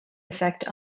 effect